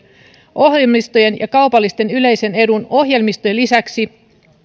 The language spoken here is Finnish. ohjelmistojen ja kaupallisten yleisen edun ohjelmistojen lisäksi